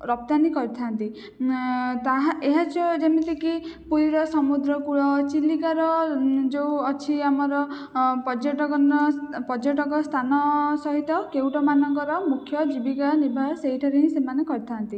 ରପ୍ତାନୀ କରିଥାନ୍ତି ତାହା ଏହା ଯୋ ଯେମିତିକି ପୁରୀର ସମୁଦ୍ରକୂଳ ଚିଲିକାର ଯେଉଁ ଅଛି ଆମର ଏ ପର୍ଯ୍ୟଟକ ସ୍ଥାନ ସହିତ କେଉଟ ମାନଙ୍କର ମୁଖ୍ୟ ଜୀବିକା ନିର୍ବାହ ସେଇଠାରେ ହିଁ ସେମାନେ କରିଥାନ୍ତି